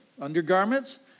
undergarments